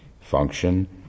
function